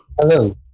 Hello